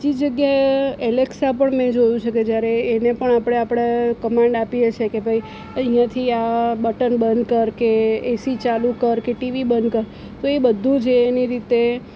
બીજી જગ્યાએ એલેકસા પણ મેં જોયું છે કે જયારે એને પણ આપણે આપણા કમાન્ડ આપીએ છીએ કે ભાઈ અહીંયાથી આ બટન બંધ કર કે એસી ચાલું કર કે ટીવી બંધ કર તો એ બધું જ એ એની રીતે